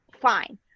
fine